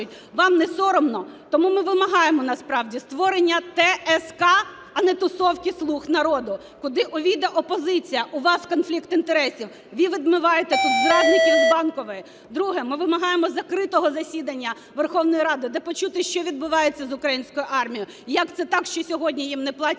Вам не соромно? Тому ми вимагаємо насправді створення ТСК, а не "тусовки "слуг народу", куди увійде опозиція. У вас конфлікт інтересів, ви відмиваєте зрадників з Банкової. Друге. Ми вимагаємо закритого засідання Верховної Ради, де почути, що відбувається з українською армією, як це так, що сьогодні їм не платять